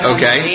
Okay